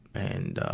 and